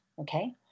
okay